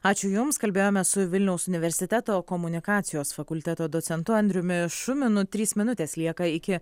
ačiū jums kalbėjomės su vilniaus universiteto komunikacijos fakulteto docentu andriumi šuminu trys minutės lieka iki